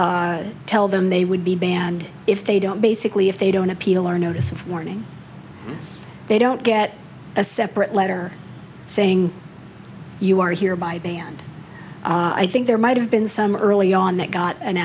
tell them they would be banned if they don't basically if they don't appeal our notice of warning they don't get a separate letter saying you are hereby banned i think there might have been some early on that got an